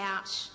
out